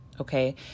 okay